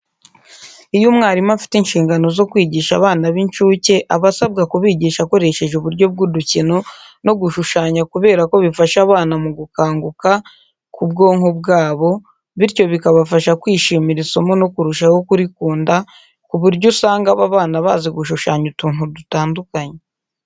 Iyo umwarimu afite inshingano zo kwigisha abana b'incuke aba asabwa kubigisha akoresheje uburyo bw'udukino no gushushanya kubera ko bifasha abana mu gukanguka ku bwonko bwabo, bityo bikabafasha kwishimira isomo no kurushaho kurikunda ku buryo usanga aba bana bazi gushushanya utuntu dutandukanye.